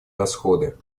расходы